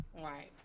Right